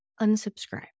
Unsubscribe